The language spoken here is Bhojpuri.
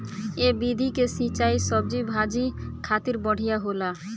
ए विधि के सिंचाई सब्जी भाजी खातिर बढ़िया होला